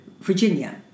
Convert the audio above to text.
Virginia